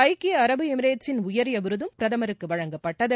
ஐக்கிய அரபு எமிரேட்ஸின் உயரிய விருதும் பிரதமருக்கு வழங்கப்பட்டது